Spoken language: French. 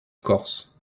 corse